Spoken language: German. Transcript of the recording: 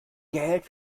geld